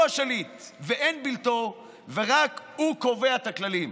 הוא השליט ואין בלתו, ורק הוא קובע את הכללים.